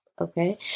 Okay